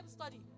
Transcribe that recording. study